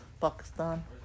pakistan